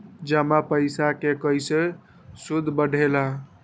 जमा पईसा के कइसे सूद बढे ला?